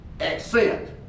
accent